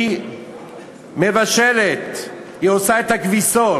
היא מבשלת, היא עושה את הכביסות,